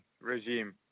regime